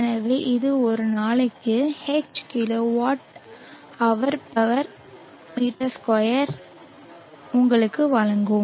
எனவே இது ஒரு நாளைக்கு H kWh m2 ஐ உங்களுக்கு வழங்கும்